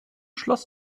schloss